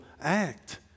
act